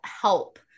help